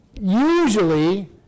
Usually